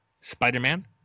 Spider-Man